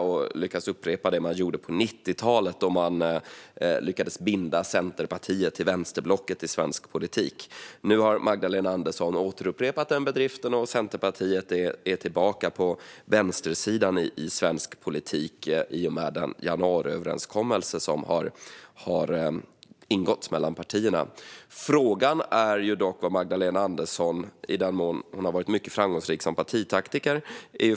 Man ville upprepa det man gjorde på 1990-talet, då man lyckades binda Centerpartiet till vänsterblocket i svensk politik. Nu har Magdalena Andersson upprepat den bedriften, och Centerpartiet är tillbaka på vänstersidan i svensk politik i och med den januariöverenskommelse som har ingåtts mellan partierna. Magdalena Andersson har alltså varit väldigt framgångsrik som partitaktiker.